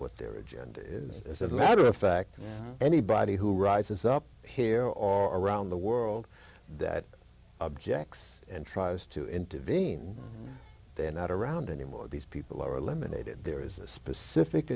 what their agenda is as a matter of fact anybody who rises up here or are around the world that objects and tries to intervene they're not around anymore these people are eliminated there is a specific